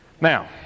now